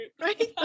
right